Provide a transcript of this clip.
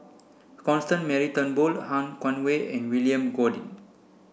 Constance Mary Turnbull Han Guangwei and William Goode